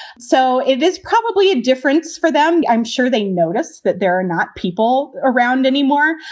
so it is probably a difference for them i'm sure they notice that there are not people around anymore.